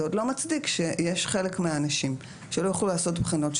זה עוד לא מצדיק שיש חלק מהאנשים שלא יוכלו לעשות בחינות,